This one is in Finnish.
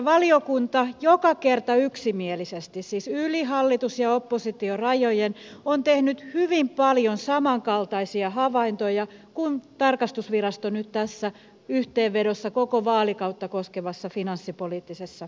valiokunta joka kerta yksimielisesti siis yli hallitus ja oppositiorajojen on tehnyt hyvin paljon samankaltaisia havaintoja kuin tarkastusvirasto nyt tässä yhteenvedossa koko vaalikautta koskevassa finanssipoliittisessa raportoinnissa